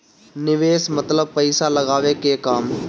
निवेस मतलब पइसा लगावे के काम